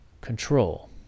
Control